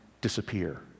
disappear